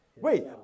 Wait